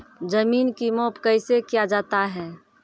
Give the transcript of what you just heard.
जमीन की माप कैसे किया जाता हैं?